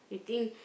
you think